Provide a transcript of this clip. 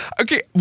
okay